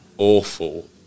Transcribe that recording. awful